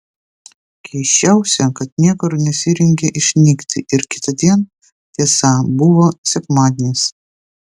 keisčiausia kad niekur nesirengė išnykti ir kitądien tiesa buvo sekmadienis